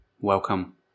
Welcome